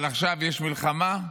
אבל עכשיו יש מלחמה,